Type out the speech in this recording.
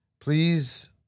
please